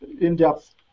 in-depth